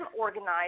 organized